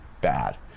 bad